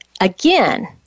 again